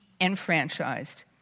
enfranchised